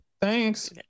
Thanks